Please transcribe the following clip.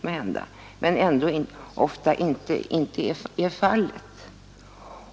Det är måhända olyckligt, men så är ändå fallet.